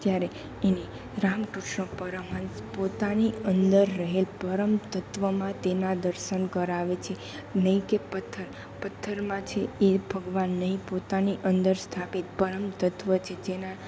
ત્યારે એને રામકૃષ્ણ પરમહંસ પોતાની અંદર રહેલ પરમતત્વમાં તેનાં દર્શન કરાવે છે નહી કે પથ્થર પથ્થરમાં છે એ ભગવાન નહી પોતાની અંદર સ્થાપિત પરમ તત્ત્વ છે જેના